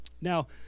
Now